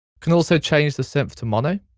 can also change the synth to mono,